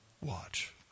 watch